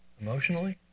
emotionally